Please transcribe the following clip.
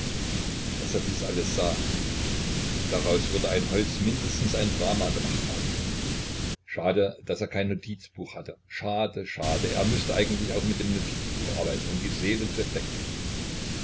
daß er dies alles sah daraus würde ein holz mindestens ein drama gemacht haben schade daß er kein notizbuch hatte schade schade er müßte eigentlich auch mit dem notizbuch arbeiten um die seele zu entdecken